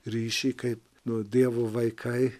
ryšį kaip nu dievo vaikai